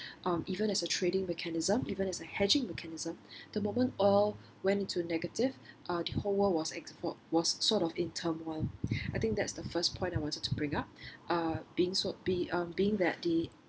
um even as a trading mechanism even as a hedging mechanism the moment all went into negative uh the whole world was export~ was sort of in turmoil I think that's the first point I wanted to bring up uh being so~ be being that the